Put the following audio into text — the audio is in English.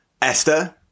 Esther